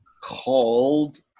called